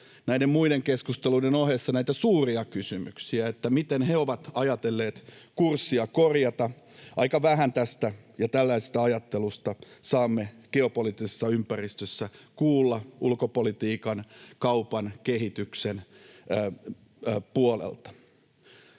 näiden muiden keskusteluiden ohessa näitä suuria kysymyksiä, että miten he ovat ajatelleet kurssia korjata. Aika vähän tästä ja tällaisesta ajattelusta saamme geopoliittisessa ympäristössä kuulla ulkopolitiikan, kaupan ja kehityksen puolelta.